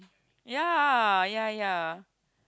ya ya ya